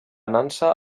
nansa